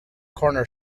corner